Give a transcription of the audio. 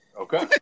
Okay